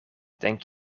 denk